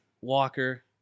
Walker